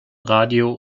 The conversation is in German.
radio